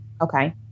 Okay